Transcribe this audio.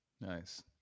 Nice